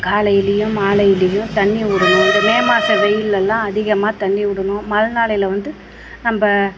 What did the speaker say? காலையிலையும் மாலையிலையும் தண்ணி விடணும் இந்த மே மாதம் வெயில்லலாம் அதிகமாக தண்ணி விடணும் மழை நாளையில் வந்து நம்ம